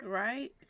right